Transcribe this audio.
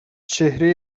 چهره